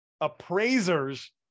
appraisers